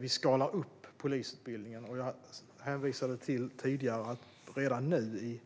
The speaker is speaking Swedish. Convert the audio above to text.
Vi skalar upp polisutbildningen. Jag hänvisade tidigare till att redan nu, om